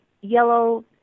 yellow